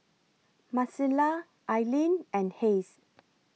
Marcela Aileen and Hays